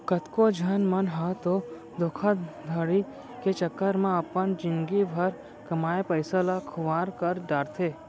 कतको झन मन ह तो धोखाघड़ी के चक्कर म अपन जिनगी भर कमाए पइसा ल खुवार कर डारथे